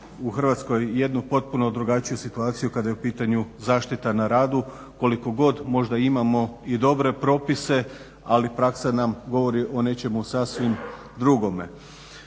u Hrvatskoj jednu potpuno drugačiju situaciju kada je u pitanju zaštita na radu koliko god možda imamo i dobre propise, ali praksa nam govori o nečemu sasvim drugome.